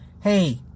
hey